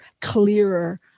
clearer